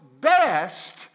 best